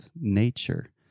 nature